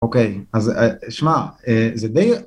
אוקיי, אז שמע, זה די...